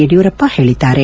ಯಡಿಯೂರಪ್ಪ ಹೇಳಿದ್ದಾರೆ